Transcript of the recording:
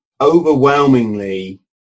Overwhelmingly